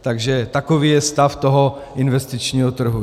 Takže takový je stav investičního trhu.